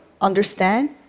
understand